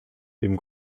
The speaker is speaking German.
dem